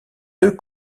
deux